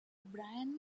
brian